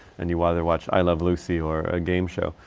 and you either watch i love lucy or a game show.